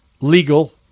legal